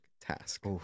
task